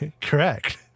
Correct